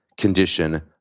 condition